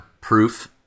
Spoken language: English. proof